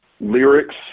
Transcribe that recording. lyrics